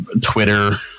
Twitter